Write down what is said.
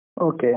okay